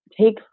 take